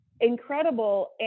incredible